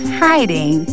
hiding